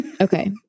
Okay